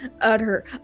utter